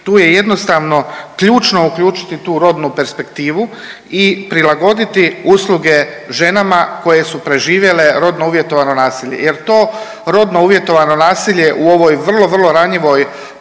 tu je jednostavno ključno uključiti tu rodnu perspektivu i prilagoditi usluge ženama koje su preživjele rodno uvjetovano naselje jer to rodno uvjetovano nasilje u ovoj vrlo, vrlo ranjivoj